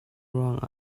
ruang